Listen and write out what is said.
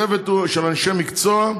הצוות הוא של אנשי מקצוע,